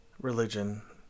religion